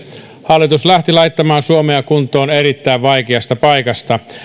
hallitus lähti laittamaan suomea kuntoon erittäin vaikeasta paikasta